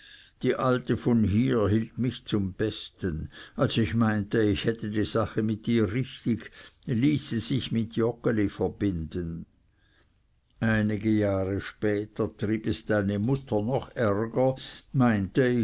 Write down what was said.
die alte von hier hielt mich zum besten als ich meinte ich hätte die sache mit ihr richtig ließ sie sich mit joggeli verbinden einige jahre später trieb es deine mutter noch ärger meinte